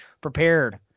prepared